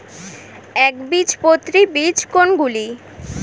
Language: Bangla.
একবীজপত্রী বীজ কোন গুলি?